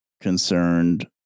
concerned